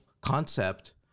concept